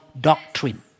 doctrine